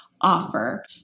offer